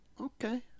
Okay